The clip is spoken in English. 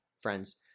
friends